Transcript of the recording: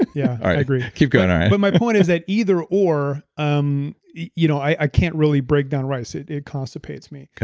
yeah, i agree. keep going. but my point is that either or, um you know i can't really break down rice. it it constipates me. okay.